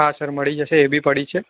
હા સર મળી જશે એ બી પડી છે